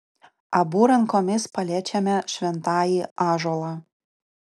abu rankomis paliečiame šventąjį ąžuolą